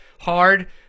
hard